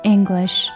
English